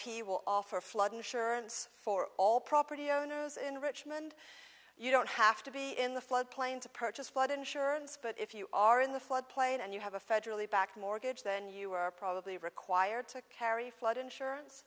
p will offer flood insurance for all property owners in richmond you don't have to be in the flood plain to purchase flood insurance but if you are in the flood plain and you have a federally backed mortgage then you are probably required to carry flood insurance